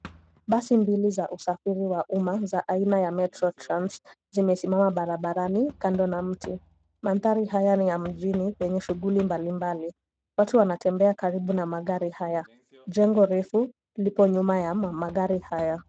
Basi mbili za usafiri wa umma za aina ya [cd]MetroTrans zimesimama barabarani kando na mti. Mandhari haya ni ya mjini yenye shughuli mbalimbali, watu wanatembea karibu na magari haya. Jengo refu lipo nyuma ya magari haya.